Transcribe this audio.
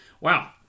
Wow